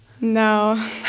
No